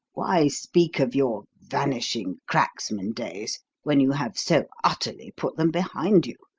why speak of your vanishing cracksman days when you have so utterly put them behind you,